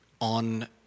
on